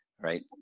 right